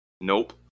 Nope